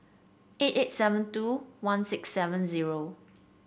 eight eight seven two one six seven zero